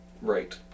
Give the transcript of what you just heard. Right